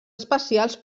especials